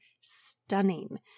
stunning